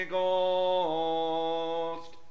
Ghost